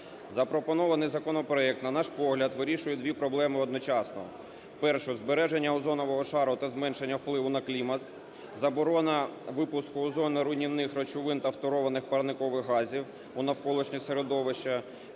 Запропонований законопроект, на наш погляд, вирішує дві проблеми одночасно. Перша: збереження озонового шару та зменшення впливу на клімат, заборона випуску озоноруйнівних речовин та фторованих парникових газів у навколишнє середовище,